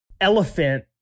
elephant